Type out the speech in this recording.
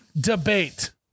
debate